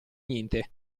niente